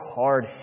hard